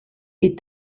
est